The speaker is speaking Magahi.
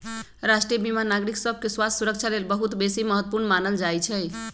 राष्ट्रीय बीमा नागरिक सभके स्वास्थ्य सुरक्षा लेल बहुत बेशी महत्वपूर्ण मानल जाइ छइ